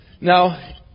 Now